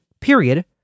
period